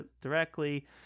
directly